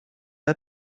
are